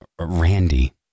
Randy